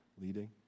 leading